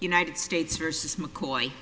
united states versus mccoy